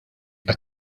għat